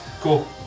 Cool